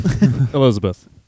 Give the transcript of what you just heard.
Elizabeth